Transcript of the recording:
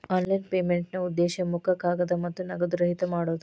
online ಪೇಮೆಂಟ್ನಾ ಉದ್ದೇಶ ಮುಖ ಕಾಗದ ಮತ್ತ ನಗದು ರಹಿತ ಮಾಡೋದ್